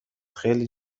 خیلی